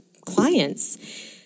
clients